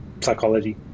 psychology